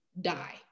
die